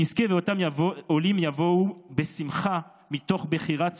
שנזכה שאותם עולים יבואו בשמחה מתוך בחירה ציונית,